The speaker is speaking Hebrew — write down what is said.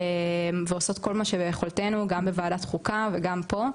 ועושות כל מה שביכולתנו גם בוועדת חוקה וגם פה.